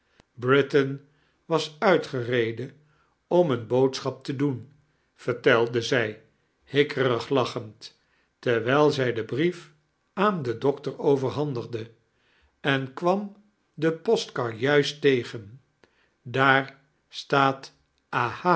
briitain was uitgeireidten om eene boodschap te doem veiteme zij bikkerig kucbenid terwijl zij den brief aan den dokter overhandigde en kwam de postkar juiist tegem daar staat